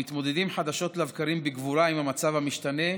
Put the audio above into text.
המתמודדים חדשות לבקרים בגבורה עם המצב המשתנה,